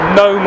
no